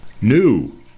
New